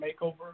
makeover